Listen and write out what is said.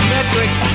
Metric's